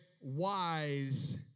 wise